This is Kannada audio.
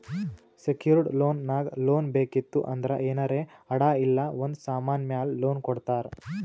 ಸೆಕ್ಯೂರ್ಡ್ ಲೋನ್ ನಾಗ್ ಲೋನ್ ಬೇಕಿತ್ತು ಅಂದ್ರ ಏನಾರೇ ಅಡಾ ಇಲ್ಲ ಒಂದ್ ಸಮಾನ್ ಮ್ಯಾಲ ಲೋನ್ ಕೊಡ್ತಾರ್